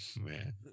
man